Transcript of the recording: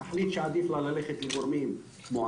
אם תחליט שהיא צריכה ללכת לגורמים אחרים,